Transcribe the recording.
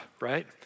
right